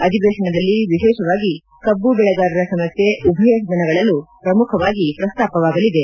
ಅಧಿವೇಶನದಲ್ಲಿ ವಿಶೇಷವಾಗಿ ಕಬ್ಬು ಬೆಳೆಗಾರರ ಸಮಸ್ಯ ಉಭಯ ಸದನಗಳಲ್ಲೂ ಪ್ರಮುಖವಾಗಿ ಪ್ರಸ್ತಾಪವಾಗಲಿದೆ